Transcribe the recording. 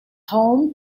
home